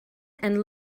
and